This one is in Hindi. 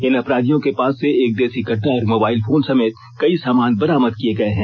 इन अपराधियों के पास से एक देसी कट्टा और मोबाइल फोन समेत कई सामान बरामद किये गये हैं